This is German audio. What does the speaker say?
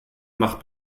macht